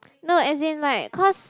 no as in like cause